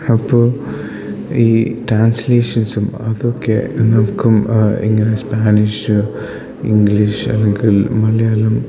അപ്പോൾ ഈ ട്രാൻസ്ലേഷൻസും അതൊക്കെ നമുക്കും ഇങ്ങനെ സ്പാനിഷ് ഇംഗ്ലീഷ് അല്ലെങ്കിൽ മലയാളം